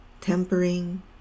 tempering